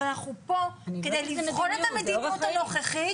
אבל אנחנו פה כדי לבחון את המדיניות הנוכחית